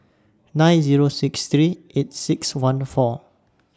nine Zero six three eight six one four